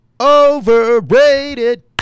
Overrated